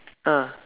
ah